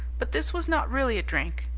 but this was not really a drink.